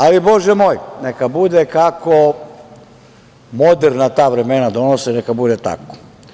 Ali, bože moj, neka bude kako moderna vremena donose, neka bude tako.